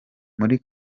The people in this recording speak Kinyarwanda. muri